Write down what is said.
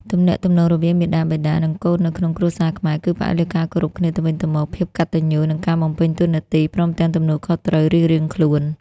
ទំនាក់ទំនងរវាងមាតាបិតា និងកូននៅក្នុងគ្រួសារខ្មែរ គឺផ្អែកលើការគោរពគ្នាទៅវិញទៅមក ភាពកតញ្ញូ និងការបំពេញតួនាទី ព្រមទាំងទំនួលខុសត្រូវរៀងៗខ្លួន។